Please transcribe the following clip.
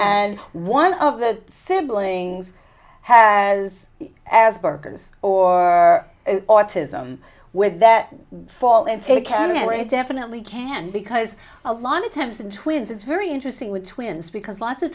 and one of the siblings has asperger's or autism with that fall and take care it definitely can because a lot of times in twins it's very interesting with twins because lots of